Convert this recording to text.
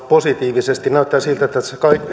positiivisesti näyttää siltä että